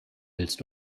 willst